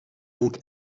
donc